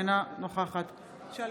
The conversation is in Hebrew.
אינה נוכחת האם